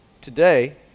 today